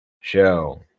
show